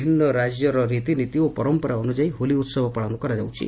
ବିଭିନ୍ଦ ରାଜ୍ୟର ରୀତିନୀତି ଏବଂ ପରମ୍ପରା ଅନୁଯାୟୀ ହୋଲି ଉହବ ପାଳନ କରାଯାଉଛି